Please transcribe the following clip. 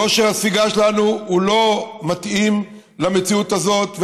כושר הספיגה שלנו הוא לא מתאים למציאות הזאת,